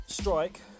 Strike